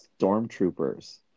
stormtroopers